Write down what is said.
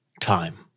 time